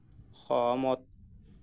সহমত